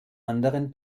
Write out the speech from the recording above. anderen